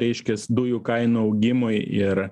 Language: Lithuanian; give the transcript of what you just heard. reiškias dujų kainų augimui ir